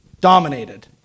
Dominated